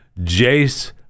Jace